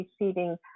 receiving